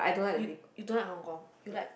you you don't like Hong-Kong you like